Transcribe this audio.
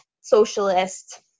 socialist